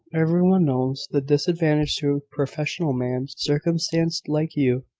everyone knows the disadvantage to a professional man, circumstanced like you,